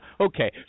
Okay